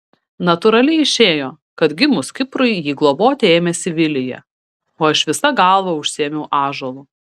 natūraliai išėjo kad gimus kiprui jį globoti ėmėsi vilija o aš visa galva užsiėmiau ąžuolu